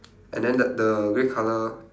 and then the the grey colour